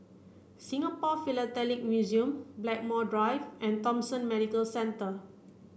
Singapore Philatelic Museum Blackmore Drive and Thomson Medical Centre